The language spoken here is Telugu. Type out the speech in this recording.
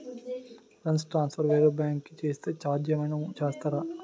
ఫండ్ ట్రాన్సఫర్ వేరే బ్యాంకు కి చేస్తే ఛార్జ్ ఏమైనా వేస్తారా?